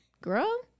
girl